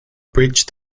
bridge